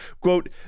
quote